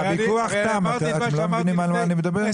הוויכוח תם, אתם לא מבינים על מה אני מדבר?